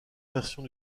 versions